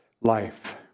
life